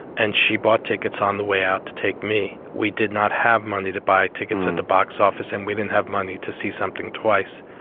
and she bought tickets on the way out to take me. we did not have money to buy tickets in the box office and we didn't have money to see something twice.